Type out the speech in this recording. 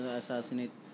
assassinate